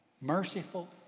merciful